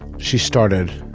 she started